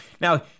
Now